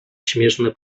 śmieszne